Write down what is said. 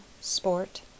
sport